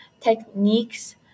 techniques